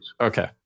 Okay